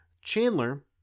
Chandler